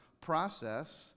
process